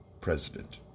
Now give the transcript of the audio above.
president